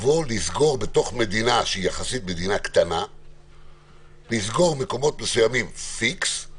לסגור בתוך מדינה קטנה מקומות מסוימים בצורה